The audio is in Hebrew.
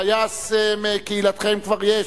טייס מקהילתכם כבר יש,